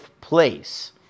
place